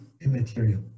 immaterial